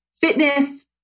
fitness